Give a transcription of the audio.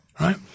right